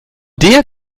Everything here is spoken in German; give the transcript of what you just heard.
der